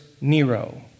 Nero